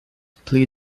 pli